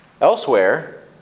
elsewhere